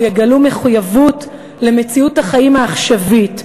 יגלו מחויבות למציאות החיים העכשווית,